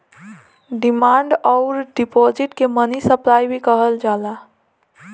demand अउर deposit के money supply भी कहल जाला